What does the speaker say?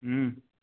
हुँ